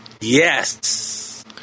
Yes